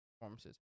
performances